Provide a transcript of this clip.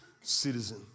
citizen